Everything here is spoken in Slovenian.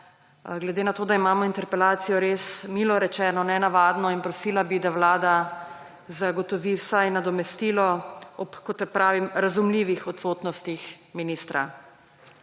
glede na to, da imamo interpelacijo, res milo rečeno nenavadno. Prosila, da vlada zagotovi vsaj nadomestilo ob, kot pravim, razumljivih odsotnostih ministra.